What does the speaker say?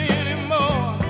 anymore